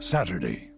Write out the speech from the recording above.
Saturday